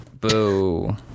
Boo